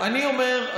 אני אומר,